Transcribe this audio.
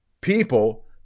People